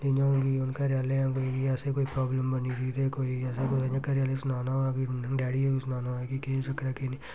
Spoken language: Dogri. जियां हून कि घरै आह्लें गी कोई असें गी कोई प्राब्लम बनी दी ते कोई असें इ'यां घरै आह्ले गी सनाना होऐ कि डेडी गी सनाना होऐ कि केह् चक्कर केह् नेईं